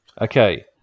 Okay